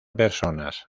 personas